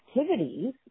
activities